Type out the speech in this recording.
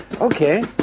Okay